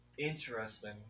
Interesting